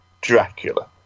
Dracula